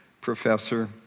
professor